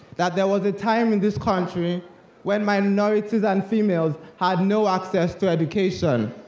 that there was a time in this country when minorities and females had no access to education.